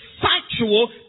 factual